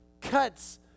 cuts